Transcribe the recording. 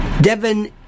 Devin